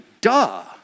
duh